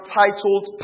titled